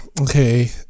Okay